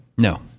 No